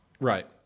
Right